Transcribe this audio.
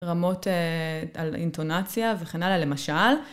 רמות על אינטונציה וכן הלאה למשל.